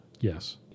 Yes